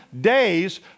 days